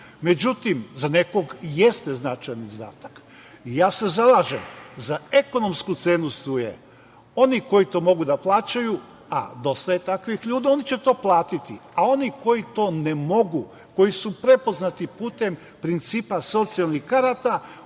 Međutim, za nekog i jeste značajan izdatak. Ja se zalažem za ekonomsku cenu struje. Oni koji to mogu da plaćaju, a dosta je takvih ljudi, oni će to platiti, a oni koji to ne mogu, koji su prepoznati putem principa socijalnih karata,